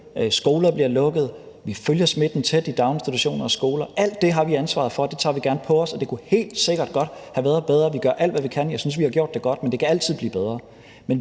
skoler bliver lukket, at vi følger smitten tæt i daginstitutioner og skoler. Alt det har vi ansvaret for, og det tager vi gerne på os, og det kunne helt sikkert godt have været bedre. Vi gør alt, hvad vi kan. Jeg synes, vi har gjort det godt, men det kan altid blive bedre.